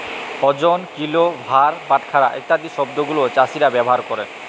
ওজন, কিলো, ভার, বাটখারা ইত্যাদি শব্দ গুলো চাষীরা ব্যবহার ক্যরে